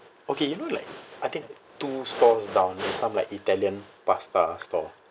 okay you know like I think two stores down there's some like italian pasta store